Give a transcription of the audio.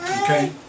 okay